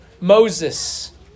Moses